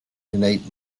innate